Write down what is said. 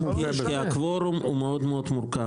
כי הקוורום הוא מאוד מאוד מורכב,